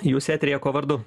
jūs eteryje kuo vardu